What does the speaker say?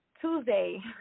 Tuesday